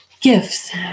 Gifts